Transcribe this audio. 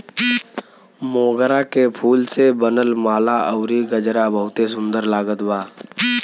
मोगरा के फूल से बनल माला अउरी गजरा बहुते सुन्दर लागत बा